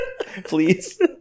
Please